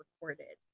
recorded